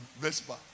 Vespa